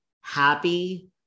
happy